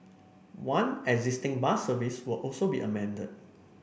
one existing bus service will also be amended